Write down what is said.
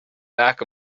back